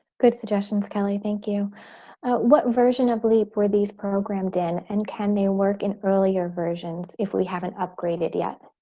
good suggestions kelly. thank you what version of leap were these programmed in and can they work in earlier versions if we haven't upgraded yet?